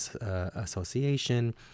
Association